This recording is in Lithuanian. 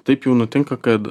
taip jau nutinka kad